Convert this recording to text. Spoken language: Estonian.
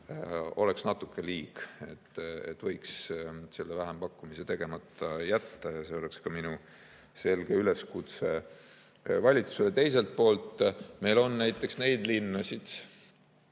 oleks natuke liig. Võiks selle vähempakkumise tegemata jätta ja see oleks ka minu selge üleskutse valitsusele. Teiselt poolt – meil on neid linnasid,